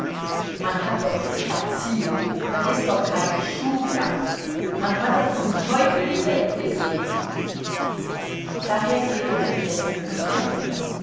man hat doch erziehung man ist doch kein schubiack man hat doch zum teufel die welt gesehen herr häsli hatte indessen gut denken